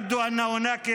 נראה כי יש